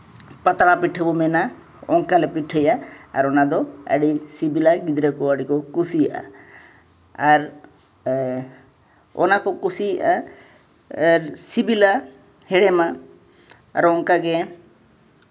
ᱯᱟᱛᱲᱟ ᱯᱤᱴᱷᱟᱹ ᱵᱚ ᱢᱮᱱᱟ ᱚᱱᱠᱟᱞᱮ ᱯᱤᱴᱷᱟᱹᱭᱟ ᱟᱨ ᱚᱱᱟᱫᱚ ᱟᱹᱰᱤ ᱥᱤᱵᱤᱞᱟ ᱜᱤᱫᱽᱨᱟᱹ ᱠᱚ ᱟᱹᱰᱤ ᱠᱚ ᱠᱩᱥᱤᱭᱟᱜᱼᱟ ᱟᱨ ᱚᱱᱟ ᱠᱚ ᱠᱩᱥᱤᱭᱟᱜᱼᱟ ᱟᱨ ᱥᱤᱵᱤᱞᱟ ᱦᱮᱲᱮᱢᱟ ᱟᱨ ᱚᱱᱠᱟᱜᱮ